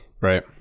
Right